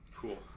cool